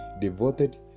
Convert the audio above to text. devoted